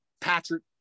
Patrick